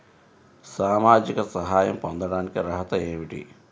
సామాజిక సహాయం పొందటానికి అర్హత ఏమిటి?